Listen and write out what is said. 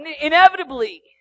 inevitably